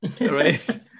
right